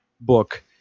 book